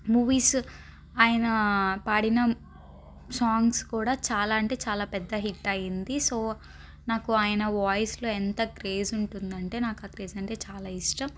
movies ఆయన పాడిన songs కూడా చాలా అంటే చాలా పెద్ద హిట్ అయింది సో నాకు ఆయన వాయిస్లో ఎంత క్రేజ్ ఉంటుందంటే నాకు ఆ క్రేజ్ అంటే చాలా ఇష్టం